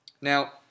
Now